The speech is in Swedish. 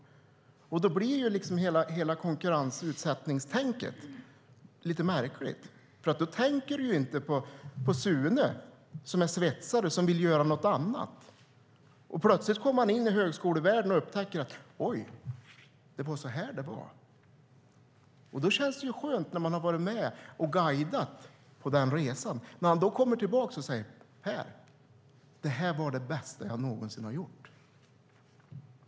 Hela konkurrensutsättningstänket blir då lite märkligt, för då tänker du inte på Sune, som är svetsare och som vill göra något annat. Plötsligt kommer han in i högskolevärlden och upptäcker något: Oj, det är så här det är. Då känns det skönt när man har varit med och guidat på den resan. Han kommer tillbaka och säger: Per! Det här var det bästa jag någonsin har gjort.